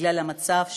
בגלל המצב שלהם,